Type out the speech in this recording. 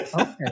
okay